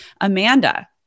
Amanda